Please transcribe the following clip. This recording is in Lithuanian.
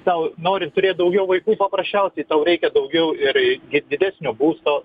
sau nori turėt daugiau vaikų paprasčiausiai tau reikia daugiau ir didesnio būsto